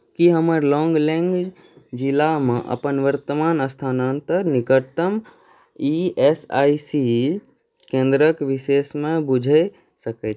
की हम लौङ्गलैङ्ग जिलामे अपन वर्तमान स्थानक निकटतम ई एस आई सी केंद्रके विषयमे बूझि सकैत छी